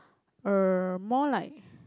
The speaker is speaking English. uh more like